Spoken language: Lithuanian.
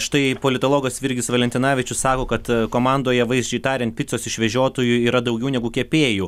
štai politologas virgis valentinavičius sako kad komandoje vaizdžiai tariant picos išvežiotojų yra daugiau negu kepėjų